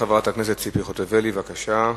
חברת הכנסת ציפי חוטובלי, בבקשה.